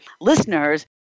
listeners